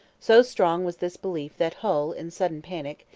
so strong was this belief that hull, in sudden panic,